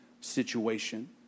situation